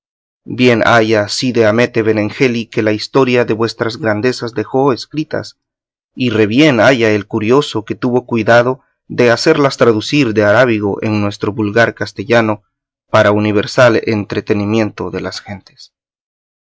bien haya cide hamete benengeli que la historia de vuestras grandezas dejó escritas y rebién haya el curioso que tuvo cuidado de hacerlas traducir de arábigo en nuestro vulgar castellano para universal entretenimiento de las gentes